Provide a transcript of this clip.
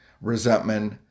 resentment